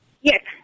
Yes